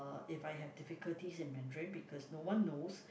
if I have difficulties in Mandarin because no one knows